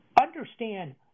Understand